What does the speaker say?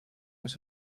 was